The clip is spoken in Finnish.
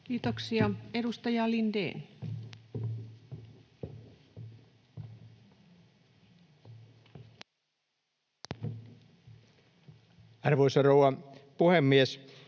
Kiitoksia. — Edustaja Lindén. Arvoisa rouva puhemies!